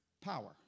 power